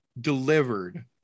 delivered